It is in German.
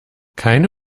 keine